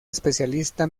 especialista